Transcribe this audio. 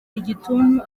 igituntu